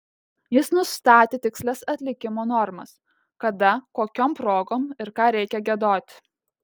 jis nustatė tikslias atlikimo normas kada kokiom progom ir ką reikia giedoti